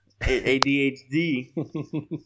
ADHD